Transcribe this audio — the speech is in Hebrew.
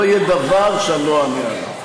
לא יהיה דבר שאני לא אענה עליו.